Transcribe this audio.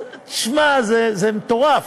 שמע, זה מטורף.